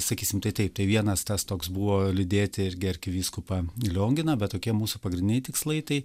sakysim tai taip tai vienas tas toks buvo lydėti irgi arkivyskupą lionginą bet kokie mūsų pagrindiniai tikslai tai